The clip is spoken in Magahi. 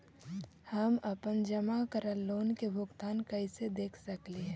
हम अपन जमा करल लोन के भुगतान कैसे देख सकली हे?